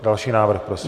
Další návrh prosím.